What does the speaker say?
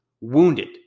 wounded